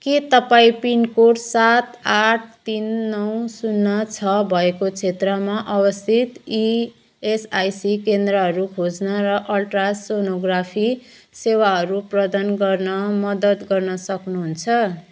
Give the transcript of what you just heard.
के तपाईँँ पिनकोड सात आठ तिन नौ शून्य छ भएको क्षेत्रमा अवस्थित इएसआइसी केन्द्रहरू खोज्न र अल्ट्रासोनोग्राफी सेवाहरू प्रदान गर्न मद्दत गर्न सक्नुहुन्छ